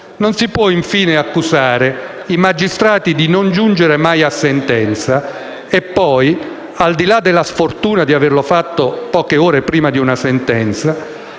Non si può infine accusare i magistrati di non giungere mai a sentenza e poi - al di là della sfortuna di averlo fatto poche ore prima di una sentenza